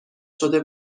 شده